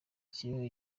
kibeho